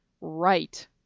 right